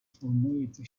формується